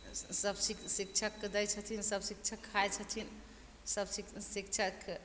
सब शि शिक्षकके दै छथिन सब शिक्षक खाइ छथिन सब शि शिक्षक